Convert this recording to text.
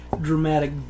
dramatic